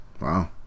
Wow